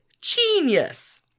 Genius